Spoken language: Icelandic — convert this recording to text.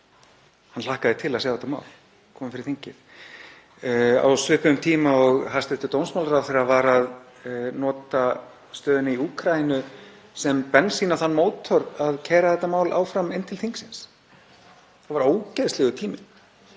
hann hlakkaði til að sjá þetta mál koma fyrir þingið á svipuðum tíma og hæstv. dómsmálaráðherra notaði stöðuna í Úkraínu sem bensín á þann mótor að keyra þetta mál áfram inn til þingsins. Það var ógeðslegur tími